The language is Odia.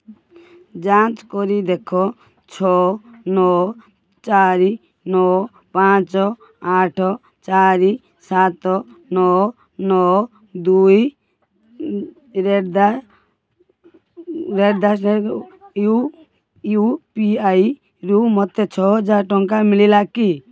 ଯାଞ୍ଚ କରି ଦେଖ ଛଅ ନଅ ଚାରି ନଅ ପାଞ୍ଚ ଆଠ ଚାରି ସାତ ନଅ ନଅ ଦୁଇ ୟୁୟୁପିଆଇରୁ ମୋତେ ଛଅ ହଜାରେ ଟଙ୍କା ମିଳିଲା କି